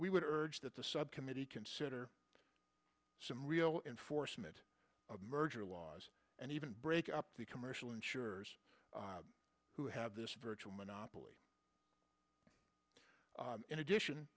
we would urge that the subcommittee consider some real enforcement of merger laws and even break up the commercial insurers who have this virtual monopoly in addition